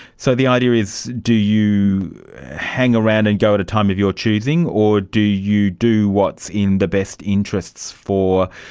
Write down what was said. so the idea is, do you hang around and go at a time of your choosing, or do you do what's in the best interests for,